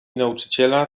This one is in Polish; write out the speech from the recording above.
nauczyciela